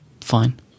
fine